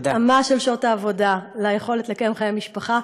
התאמה של שעות העבודה ליכולת לקיים חיי משפחה.